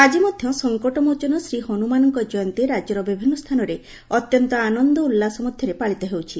ଆକି ମଧ ସଂକଟମୋଚନ ଶ୍ରୀହନୁମାନଙ୍କ ଜୟନ୍ତୀ ରାଜ୍ୟର ବିଭିନୁ ସ୍ତାନରେ ଅତ୍ୟନ୍ତ ଆନନ୍ଦ ଉଲୁସ ମଧ୍ଘରେ ପାଳିତ ହେଉଛି